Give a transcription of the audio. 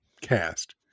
cast